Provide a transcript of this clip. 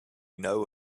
know